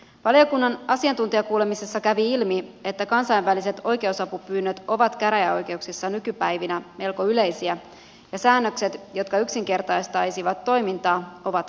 valiokunnan asiantuntijakuulemisessa kävi ilmi että kansainväliset oikeusapupyynnöt ovat käräjäoikeuksissa nykypäivinä melko yleisiä ja säännökset jotka yksinkertaistaisivat toimintaa ovat kannatettavia